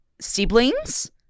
Siblings